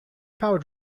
powered